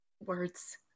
words